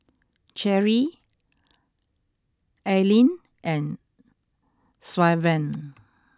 Cherri Aleen and Sylvan